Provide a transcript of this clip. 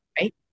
Right